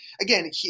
Again